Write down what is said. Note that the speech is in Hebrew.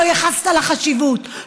לא ייחסת לה חשיבות,